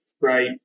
right